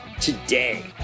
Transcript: today